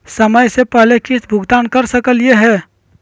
समय स पहले किस्त भुगतान कर सकली हे?